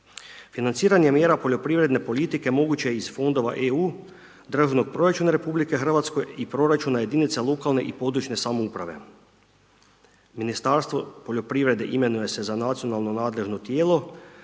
Financiranje mjera poljoprivredne politike moguće je iz fondova EU, Državnog proračuna RH i proračuna jedinica lokalne i područne samouprave. Ministarstvo poljoprivrede imenuje se za nacionalno nadležno tijelo